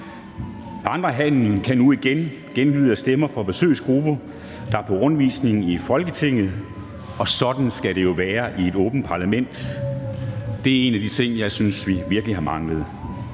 Vandrehallen kan nu igen genlyde af stemmer fra besøgsgrupper, der er på rundvisning i Folketinget. Sådan skal det jo være i et åbent parlament. Det er en af de ting, jeg synes vi virkelig har manglet.